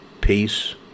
Peace